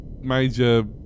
major